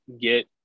get